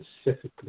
specifically